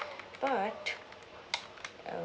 but